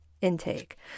intake